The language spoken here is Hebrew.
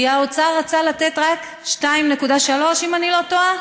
כי האוצר רצה לתת רק 2.3, אם אני לא טועה,